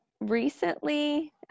recently